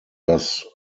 das